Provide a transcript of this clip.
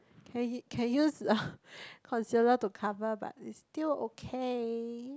can use can use concealer to cover but it's still okay